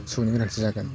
सुबुंनि गोनांथि जागोन